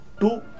Two